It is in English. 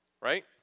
right